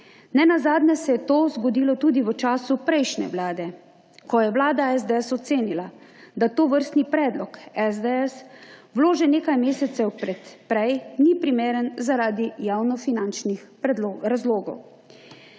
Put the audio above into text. Ne nazadnje se je to zgodilo tudi v času prejšnje vlade, ko je vlada SDS ocenila, da tovrstni predlog SDS, vložen nekaj mesecev prej, ni primeren zaradi javnofinančnih razlogov.